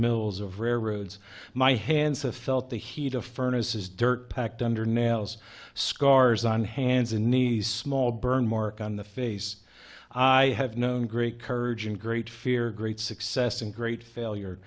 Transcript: mills of rare roads my hands have felt the heat a furnace is dirt packed under nails scars on hands and knees small burn mark on the face i have known great courage and great fear great success and great failure